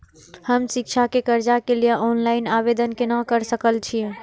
हम शिक्षा के कर्जा के लिय ऑनलाइन आवेदन केना कर सकल छियै?